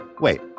Wait